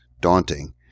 daunting